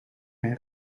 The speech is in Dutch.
geen